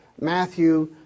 Matthew